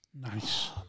Nice